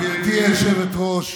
גברתי היושבת-ראש,